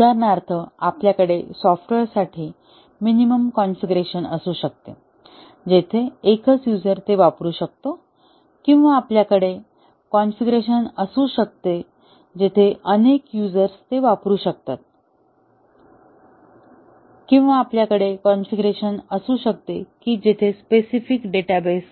उदाहरणार्थ आपल्या कडे सॉफ्टवेअरसाठी मिनिमल कॉन्फिगरेशन असू शकते जिथे एकच युझर ते वापरू शकतो किंवा आपल्या कडे कॉन्फिगरेशन असू शकते जिथे अनेक युझर्स ते वापरू शकतात किंवा आपल्या कडे कॉन्फिगरेशन असू शकते जिथे ते स्पेसिफिक डेटाबेस